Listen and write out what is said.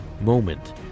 moment